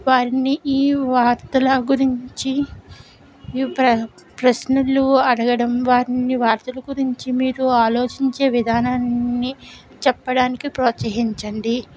వారిని ఈ వార్తల గురించి ప్ర ప్రశ్నలు అడగడం వారిని వార్తల గురించి మీరు ఆలోచించే విధానాన్ని చెప్పడానికి ప్రోత్సహించండి